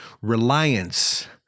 reliance